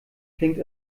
klingt